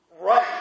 right